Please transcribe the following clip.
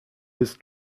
his